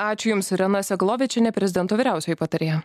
ačiū jums irena segalovičienė prezidento vyriausioji patarėja